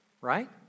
Right